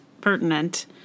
pertinent